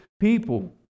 people